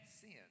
sin